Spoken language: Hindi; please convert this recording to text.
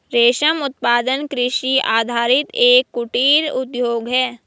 रेशम उत्पादन कृषि आधारित एक कुटीर उद्योग है